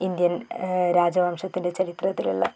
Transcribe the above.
Indian രാജവംശത്തിൻ്റെ ചരിത്രത്തിലുള്ള